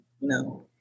No